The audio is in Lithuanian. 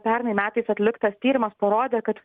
pernai metais atliktas tyrimas parodė kad